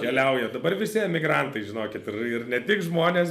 keliauja dabar visi emigrantai žinokit ir ir ne tik žmonės